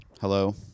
Hello